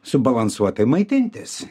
subalansuotai maitintis